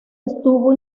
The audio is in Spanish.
estuvo